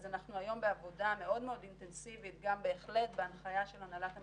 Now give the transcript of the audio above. אז אנחנו היום בעבודה מאוד אינטנסיבית גם בהחלט בהנחיה של הנהלת המשרד,